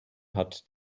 hat